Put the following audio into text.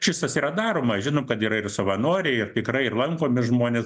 šis tas yra daroma žinom kad yra ir savanoriai ir tikrai ir lankomi žmonės